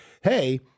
hey